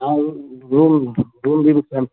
हाँ room room भी book है